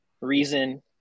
reason